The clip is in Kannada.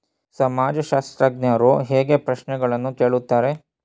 ಸಮಾಜಶಾಸ್ತ್ರಜ್ಞರು ಹೇಗೆ ಪ್ರಶ್ನೆಗಳನ್ನು ಕೇಳುತ್ತಾರೆ?